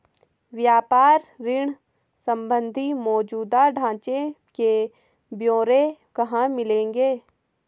व्यापार ऋण संबंधी मौजूदा ढांचे के ब्यौरे कहाँ मिलेंगे?